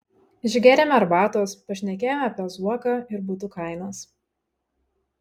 išgėrėme arbatos pašnekėjome apie zuoką ir butų kainas